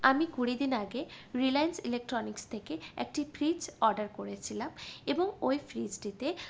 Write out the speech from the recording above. আমি কুড়ি দিন আগে রিলায়েন্স ইলেকট্রনিক্স থেকে একটি ফ্রিজ অর্ডার করেছিলাম এবং ওই ফ্রিজটিতে